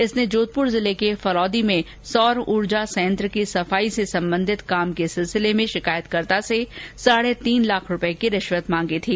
इसने जोधपुर जिले के फलोदी में सौर ऊर्जा संयंत्र की सफाई से संबंधित काम के सिलसिले में शिकायतकर्ता से साढे तीन लाख रूपए की रिश्वत मांगी थी